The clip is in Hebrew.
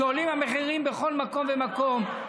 שעולים מחירים בכל מקום ומקום,